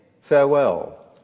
farewell